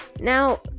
Now